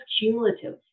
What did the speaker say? cumulative